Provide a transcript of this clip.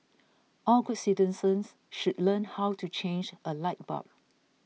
all good citizens should learn how to change a light bulb